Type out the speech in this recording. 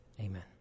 Amen